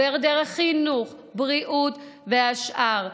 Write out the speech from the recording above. דרך חינוך, בריאות והשאר.